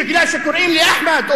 מכיוון שקוראים לי אחמד,